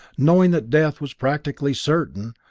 knowing that death was practically certain,